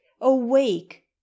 awake